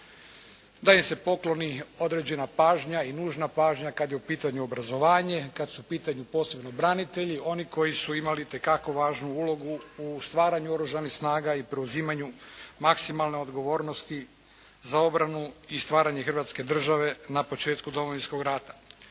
da im se pokloni određena pažnja i nužna pažnja kada je u pitanju obrazovanje, kada su u pitanju posebno branitelji oni koji su imali itekako važnu ulogu u stvaranju Oružanih snaga i preuzimanju maksimalne odgovornosti za obranu i stvaranje Hrvatske države na početku Domovinskog rata.